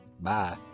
Bye